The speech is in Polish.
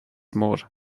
mur